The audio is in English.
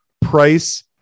price